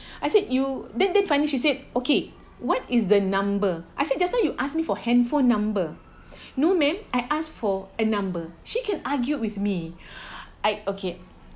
I said you then then finally she said okay what is the number I said just now you ask me for handphone number no ma'am I asked for a number she can argued with me I okay